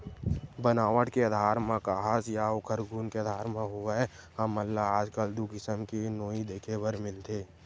बनावट के आधार म काहस या ओखर गुन के आधार म होवय हमन ल आजकल दू किसम के नोई देखे बर मिलथे